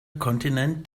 kontinent